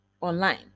online